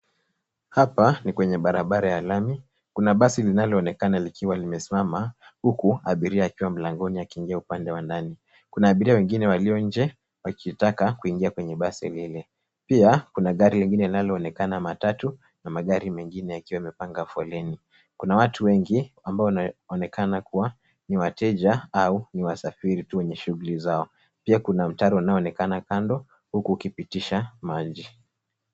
Hapa ni kwenye barabara ya lami. Kuna basi linaloonekana likiwa limesimama huku abiria akiwa mlangoni akiingia upande wa ndani. Kuna abiria wengine walio nje wakitaka kuingia kwenye basi hili. Pia kuna gari lingine linaonekana ni matatu na magari mengine yakiwa yamepanga foleni. Kuna watu wengi ambao wanaonekana kuwa ni wateja au ni wasafiri tu wenye shughuli zao. Pia kuna mtaro unaaonekana kando huku ukipitisha maji.